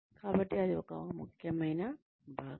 కాబట్టి అది ఒక ముఖ్యమైన భాగం